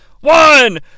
One